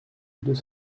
deux